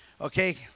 Okay